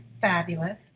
fabulous